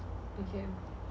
okay